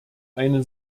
eine